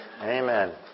Amen